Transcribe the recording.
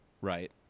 right